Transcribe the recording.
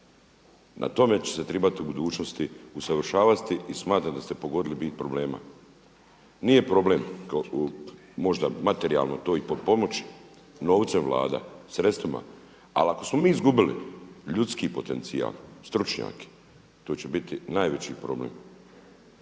Na tome će se tribat u budućnosti usavršavati i smatram da ste pogodili bit problema. Nije problem možda materijalno to i potpomoći novcem Vlada, sredstvima. Ali ako smo mi izgubili ljudski potencijal, stručnjake to će biti najveći problem.